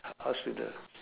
hospital